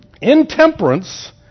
intemperance